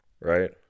right